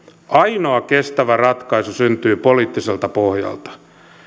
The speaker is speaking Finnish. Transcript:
ainoa kestävä ratkaisu syntyy poliittiselta pohjalta